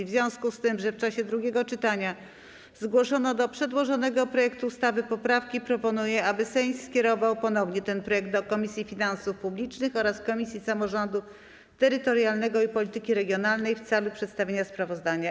W związku z tym, że w czasie drugiego czytania zgłoszono do przedłożonego projektu ustawy poprawki, proponuję, aby Sejm skierował ponownie ten projekt do Komisji Finansów Publicznych oraz Komisji Samorządu Terytorialnego i Polityki Regionalnej w celu przedstawienia sprawozdania.